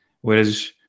whereas